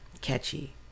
catchy